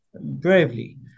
bravely